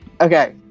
Okay